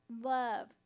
Love